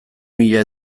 mila